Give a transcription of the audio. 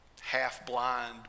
half-blind